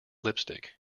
lipstick